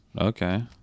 Okay